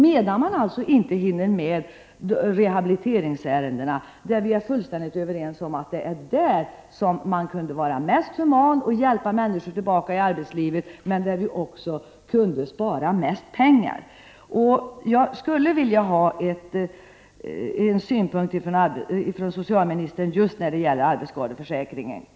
På grund av detta hinner personalen inte med rehabiliteringsärendena, trots att vi är överens om att det är på detta område som man borde vara mest human och hjälpa människor tillbaka till arbetslivet. På detta område kunde man även spara mest pengar. Jag skulle vilja ha socialministerns synpunkter på arbetsskadeförsäkringen.